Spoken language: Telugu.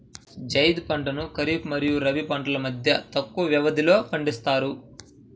జైద్ పంటలను ఖరీఫ్ మరియు రబీ పంటల మధ్య తక్కువ వ్యవధిలో పండిస్తారు